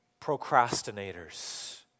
procrastinators